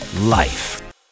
life